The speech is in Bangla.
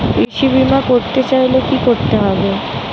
কৃষি বিমা করতে চাইলে কি করতে হবে?